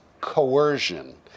coercion